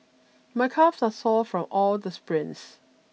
my calves are sore from all the sprints